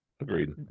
agreed